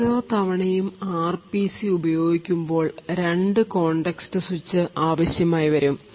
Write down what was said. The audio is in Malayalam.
ഓരോ തവണയും ആർ പി സി ഉപയോഗിക്കുമ്പോൾ രണ്ട് കോണ്ടെക്സ്റ്റ് സ്വിച്ച് ആവശ്യമായിവരും